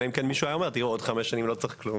אלא אם כן מישהו היה אומר שבעוד חמש שנים לא צריך כלום,